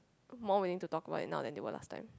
more willing to talk about it now than they were last time